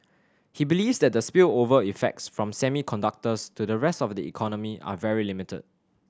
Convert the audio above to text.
he believes that the spillover effects from semiconductors to the rest of the economy are very limited